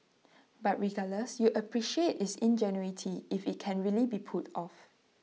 but regardless you'd appreciate its ingenuity if IT can really be pulled off